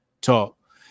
talk